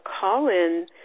call-in